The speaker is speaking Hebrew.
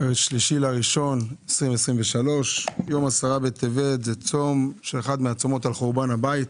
3 בינואר 2023. יום י' בטבת זה אחד הצומות על חורבן הבית,